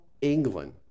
England